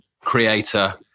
creator